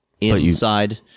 inside